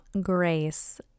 grace